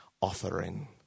offering